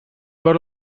veure